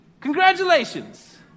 Congratulations